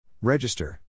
Register